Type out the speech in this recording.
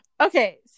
Okay